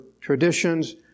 traditions